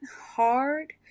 hard